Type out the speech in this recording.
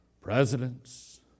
presidents